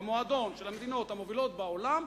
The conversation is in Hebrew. במועדון של המדינות המובילות בעולם,